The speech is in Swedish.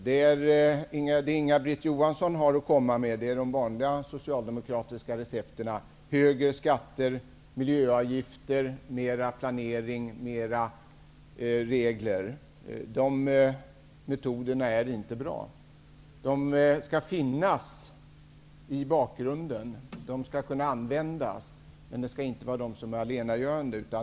Det Inga-Britt Johansson har att komma med är de vanliga socialdemokratiska recepten: högre skatter, miljöavgifter, mer planering, mer regler. De metoderna är inte bra. De skall finnas i bakgrunden och kunna användas, men de skall inte vara allenarådande.